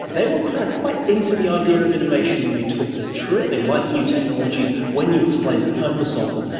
they were quite quite into the idea of innovation when you talked them through it, they liked new technologies when you explained the purpose of them,